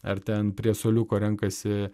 ar ten prie suoliuko renkasi